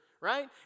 right